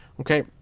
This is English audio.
Okay